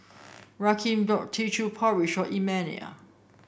Rakeem bought Teochew Porridge for Immanuel